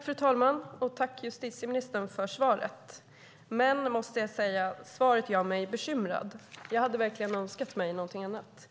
Fru talman! Tack, justitieministern, för svaret! Men jag måste säga att svaret gör mig bekymrad. Jag hade verkligen önskat mig någonting annat.